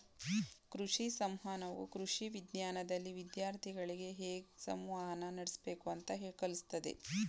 ಕೃಷಿ ಸಂವಹನವು ಕೃಷಿ ವಿಜ್ಞಾನ್ದಲ್ಲಿ ವಿದ್ಯಾರ್ಥಿಗಳಿಗೆ ಹೇಗ್ ಸಂವಹನ ನಡಸ್ಬೇಕು ಅಂತ ಕಲ್ಸತದೆ